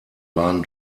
waren